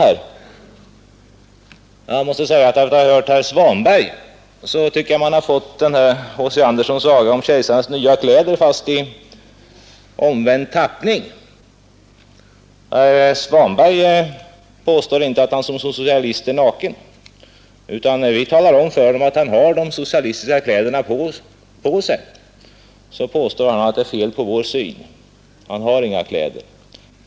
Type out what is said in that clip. Efter att ha hört herr Svanberg tycker jag man har fått H. C. Andersens saga om Kejsarens nya kläder, fast i omvänd tappning. När vi talar om för herr Svanberg att han har de socialistiska kläderna på sig, så påstår han att det är fel på vår syn; han har inga kläder.